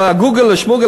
גוגל-שמוגל,